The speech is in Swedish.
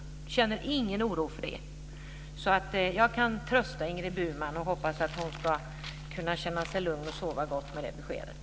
Jag känner ingen oro för detta. Jag kan trösta Ingrid Burman och hoppas att hon kan känna sig lugn och sova gott med det beskedet.